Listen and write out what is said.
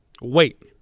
Wait